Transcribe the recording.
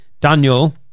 Daniel